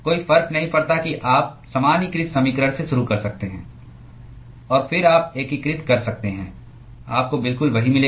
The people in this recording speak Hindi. कोई फर्क नहीं पड़ता कि आप सामान्यीकृत समीकरण से शुरू कर सकते हैं और फिर आप एकीकृत कर सकते हैं आपको बिल्कुल वही मिलेगा